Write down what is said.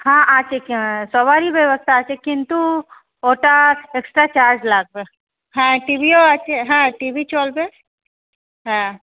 হ্যাঁ আছে কে সবারই ব্যবস্থা আছে কিন্তু ওটা এক্সট্রা চার্জ লাগবে হ্যাঁ টিভিও আছে হ্যাঁ টিভি চলবে হ্যাঁ